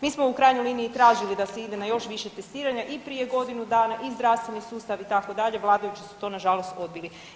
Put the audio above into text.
Mi smo u krajnjoj liniji tražili da se ide na još više testiranja i prije godinu dana i zdravstveni sustav itd., vladajući su to nažalost odbili.